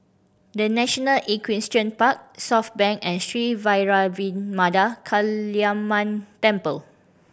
The National Equestrian Park Southbank and Sri Vairavimada Kaliamman Temple